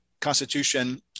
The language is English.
Constitution